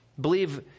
Believe